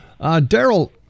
Daryl